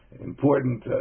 important